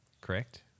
Correct